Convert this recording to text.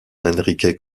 henrique